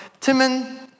Timon